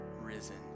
risen